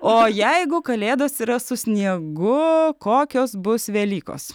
o jeigu kalėdos yra su sniegu kokios bus velykos